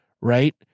right